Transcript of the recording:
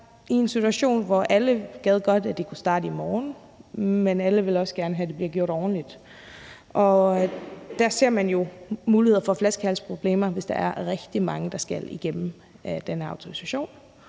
i en situation, hvor alle godt gad, at de kunne starte i morgen, men alle vil også gerne have, at det bliver gjort ordentligt. Der ser man jo muligheder for flaskehalsproblemer, hvis der er rigtig mange, der skal igennem den her autorisation,